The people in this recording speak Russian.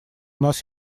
нас